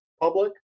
public